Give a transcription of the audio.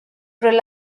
rely